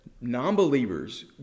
non-believers